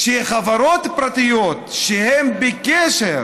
שחברות פרטיות שבקשר